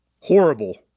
horrible